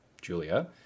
Julia